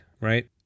right